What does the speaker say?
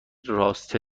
راسته